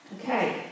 Okay